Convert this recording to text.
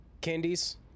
candies